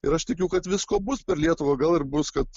ir aš tikiu kad visko bus per lietuvą gal ir bus kad